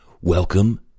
Welcome